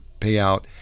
payout